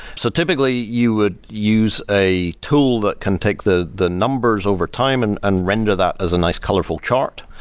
so typically you would use a tool that can take the the numbers overtime and and render that as a nice colorful chart.